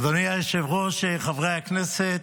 אדוני היושב-ראש, חברי הכנסת,